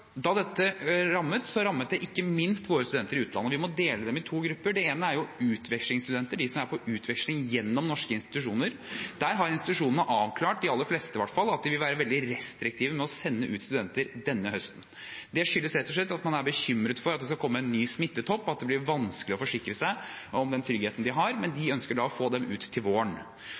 da dette rammet, rammet det ikke minst våre studenter i utlandet. Vi må dele dem i to grupper. Den ene er utvekslingsstudenter, de som er på utveksling gjennom norske institusjoner. Der har institusjonene avklart, de aller fleste i hvert fall, at de vil være veldig restriktive med å sende ut studenter denne høsten. Det skyldes rett og slett at man er bekymret for at det skal komme en ny smittetopp, og at det blir vanskelig å forsikre seg om deres trygghet. De ønsker å få dem ut til våren.